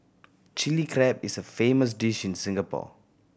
Chilli Crab is a famous dish in Singapore